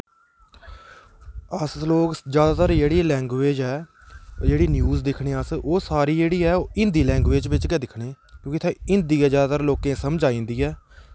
अस लोग जादैतर जेह्ड़ी लैंगवेज़ ऐ जेह्ड़ी न्यूज़ दिक्खने अस ओह् सारी जेह्ड़ी ऐ हिंदी लैंगवेज़ बिच गै दिक्खने क्योंकि उत्थें हिंदी गै जादैतर लोकें गी समझ आई जंदी ऐ